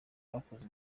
bakoze